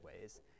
ways